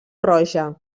roja